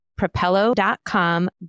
propello.com